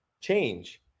change